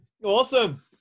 Awesome